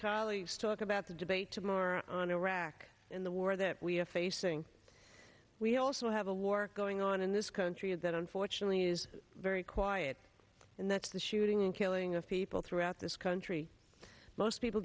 colleagues talk about the debate tomorrow on iraq in the war that we are facing we also have a war going on in this country and that unfortunately is very quiet and that's the shooting and killing of people throughout this country most people